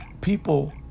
people